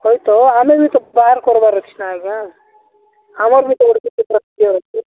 ହଇ ତ ଆମେ ବି ତ ବାହାର କରବାର ଅଛି ନା ଆଜ୍ଞା ଆମର୍ ବି ତ ଗୋଟେ କିଛି ପ୍ରତିକ୍ରିୟା ଅଛି